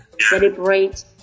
Celebrate